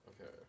Okay